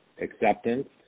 acceptance